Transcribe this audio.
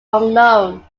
unknown